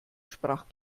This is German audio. sprach